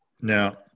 Now